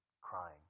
crying